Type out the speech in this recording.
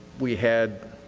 we had